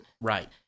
Right